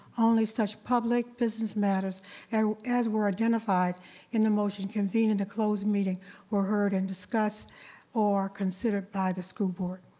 only such public business matters and as were identified in the motion convened a closed meeting were heard and discussed or considered by the school board.